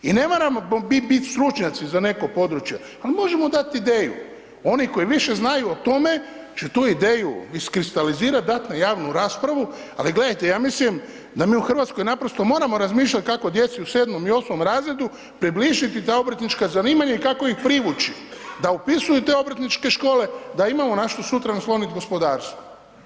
I ne moramo biti stručnjaci za neko područje, ali možemo dati ideju, oni koji više znaju o tome će tu ideju iskristalizirat, dat na javnu raspravu, ali gledajte ja mislim da mi u Hrvatskoj naprosto moramo razmišljati kako djeci u 7 i 8 razredu približiti ta obrtnička zanimanja i kako ih privući da upisuju te obrtničke škole da imamo na šta sutra naslonit gospodarstvo.